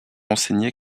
enseignées